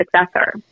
successor